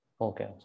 Okay